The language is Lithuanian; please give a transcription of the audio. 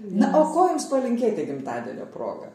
na o ko jums palinkėti gimtadienio proga